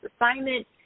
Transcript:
assignment